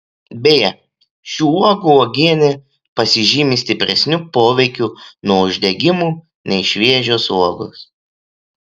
beje šių uogų uogienė pasižymi stipresniu poveikiu nuo uždegimų nei šviežios uogos